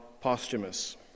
Posthumous